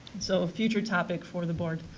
so, ah future topic for the board.